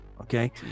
okay